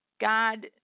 God